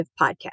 podcast